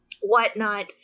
whatnot